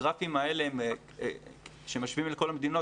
הגרפים האלה שמשווים לכל המדינות,